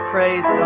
Praise